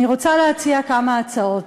אני רוצה להציע כמה הצעות,